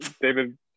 David